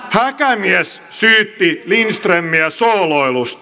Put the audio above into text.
häkämies syytti lindströmiä sooloilusta